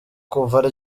kuva